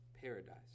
paradise